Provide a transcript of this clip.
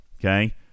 Okay